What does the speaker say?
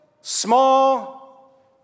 small